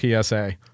PSA